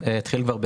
התחילו כבר בפברואר,